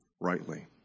rightly